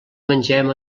mengem